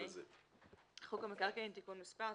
חוק המקרקעין (תיקון מס'...),